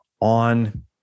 on